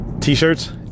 t-shirts